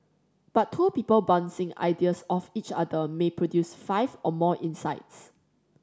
but two people bouncing ideas off each other may produce five or more insights